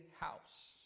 house